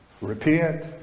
Repent